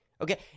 Okay